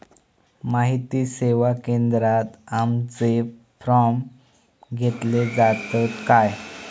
माहिती सेवा केंद्रात आमचे फॉर्म घेतले जातात काय?